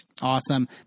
awesome